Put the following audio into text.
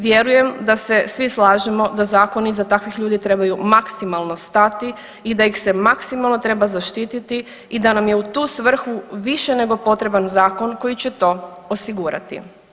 Vjerujem da se svi slažemo da zakoni iza takvih ljudi trebaju maksimalno stati i da ih se maksimalno treba zaštititi i da nam je u tu svrhu više nego potreban zakon koji će to osigurati.